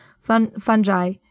fungi